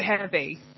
heavy